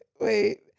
wait